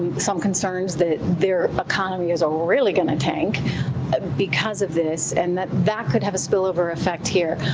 some concerns that their economy is um really going to tank because of this, and that that could have a spillover effect here.